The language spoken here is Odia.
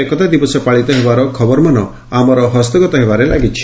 ଏକତା ଦିବସ ପାଳିତ ହେବାର ଖବରମାନ ଆମର ହସ୍ତଗତ ହେବାରେ ଲାଗିଛି